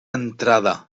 entrada